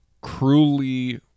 cruelly